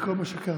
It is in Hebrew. וכל מה שקרה,